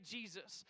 Jesus